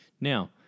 Now